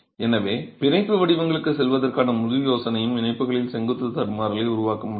எனவே பிணைப்பு வடிவங்களுக்குச் செல்வதற்கான முழு யோசனையும் இணைப்புகளில் செங்குத்து தடுமாறலை உருவாக்க முடியும்